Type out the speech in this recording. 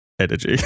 energy